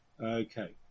Okay